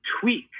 tweak